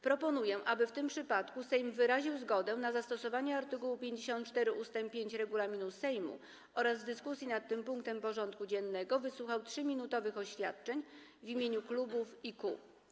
Proponuję, aby w tym przypadku Sejm wyraził zgodę na zastosowanie art. 54 ust. 5 regulaminu Sejmu oraz w dyskusji nad tym punktem porządku dziennego wysłuchał 3-minutowych oświadczeń w imieniu klubów i kół.